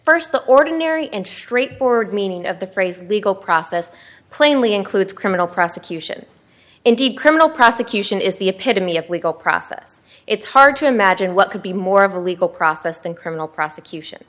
first the ordinary and straightforward meaning of the phrase legal process plainly includes criminal prosecution indeed criminal prosecution is the epitome of legal process it's hard to imagine what could be more of a legal process than criminal prosecution